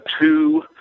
two